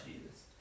Jesus